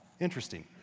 Interesting